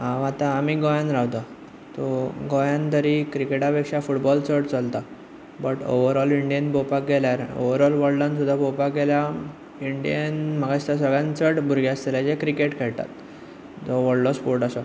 हांव आतां आमी गोंयांत रावतात तो गोंयांत तरी क्रिकेटा पेक्षा फुटबॉल चड चलता पण ओवरऑल इंडियेन पळोवपाक गेल्यार ओवरऑल वल्डान सुद्दां पळोवपाक गेल्यार इंडीयेन म्हाका दिसता सगळ्यांत चड भुरगे आसतले जे क्रिकेट खेळटात तो व्हडलो स्पोर्ट आसा